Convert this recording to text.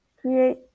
create